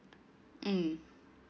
mm